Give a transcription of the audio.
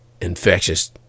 Infectious